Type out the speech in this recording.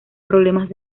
problemas